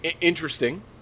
Interesting